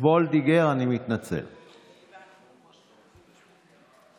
אדוני יושב-ראש הכנסת,